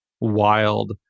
wild